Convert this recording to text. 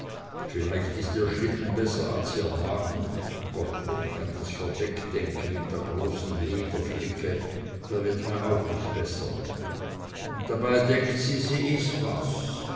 vielleicht ist ihr schlitten besser als ihr wagen gott wenn ich an das verdeck denke mit der großen lederflicke da wird mir auch nicht besser und dabei denkt sie sie is was